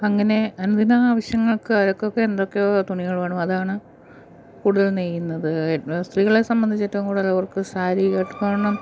അങ്ങനെ അനുദിന ആവശ്യങ്ങൾക്ക് ആർക്കൊക്കെ എന്തൊക്കെയോ തുണികൾ വേണം അതാണ് കൂടുതലും നെയ്യുന്നത് സ്ത്രീകളെ സംബന്ധിച്ച് ഏറ്റവും കൂടുതൽ അവർക്ക് സാരിക്കെട്ട് കോണം